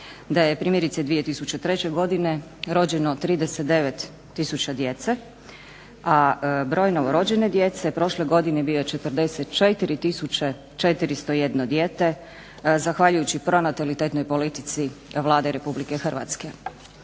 da je primjerice 2003. godine rođeno 39000 djece, a broj novorođene djece prošle godine bio 44401 dijete zahvaljujući pronatalitetnoj politici Vlade Republike Hrvatske.